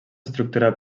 estructura